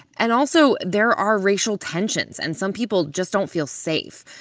and, also, there are racial tensions and some people just don't feel safe.